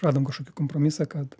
radom kažkokį kompromisą kad